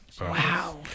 Wow